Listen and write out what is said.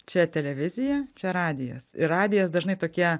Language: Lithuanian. čia televizija čia radijas ir radijas dažnai tokie